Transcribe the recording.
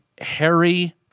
Harry